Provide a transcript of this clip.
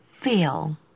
feel